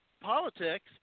politics